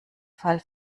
fall